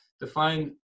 define